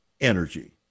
energy